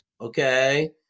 Okay